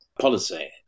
policy